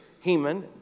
Heman